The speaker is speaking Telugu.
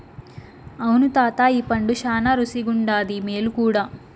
అవును తాతా ఈ పండు శానా రుసిగుండాది, మేలు కూడా